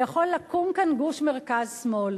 ויכול לקום כאן גוש מרכז שמאל